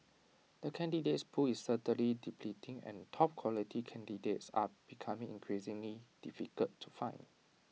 the candidates pool is certainly depleting and top quality candidates are becoming increasingly difficult to find